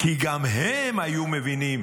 כי גם הם היו מבינים